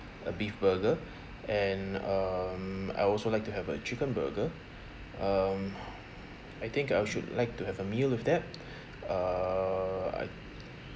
a beef burger and um I'll also like to have a chicken burger um I think I should like to have a meal with that err I